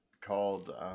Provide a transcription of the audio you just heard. called